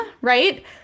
right